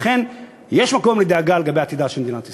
אכן יש מקום לדאגה לגבי עתידה של מדינת ישראל.